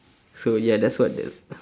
so ya that's what the